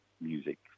music